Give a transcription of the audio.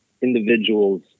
individuals